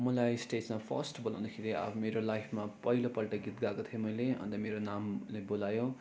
मलाई स्टेजमा फर्स्ट बोलाउँदाखेरि अब मेरो लाइफमा पहिलोपल्ट गीत गाएको थिए मैले अन्त मेरो नामले बोलायो